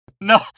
No